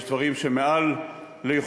יש דברים שהם מעל ליכולתנו,